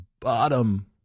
bottom